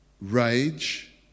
rage